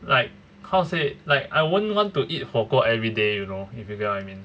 like how say like I won't want to eat 火锅 everyday you know if you get what I mean